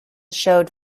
showed